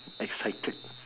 excited